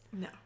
No